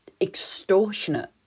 extortionate